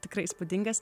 tikrai įspūdingas